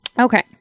Okay